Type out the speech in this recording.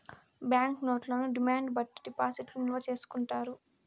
bank నోట్లను demand బట్టి డిపాజిట్లు నిల్వ చేసుకుంటారు